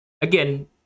again